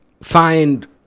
find